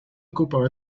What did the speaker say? ocupaba